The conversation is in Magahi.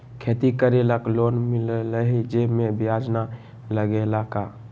खेती करे ला लोन मिलहई जे में ब्याज न लगेला का?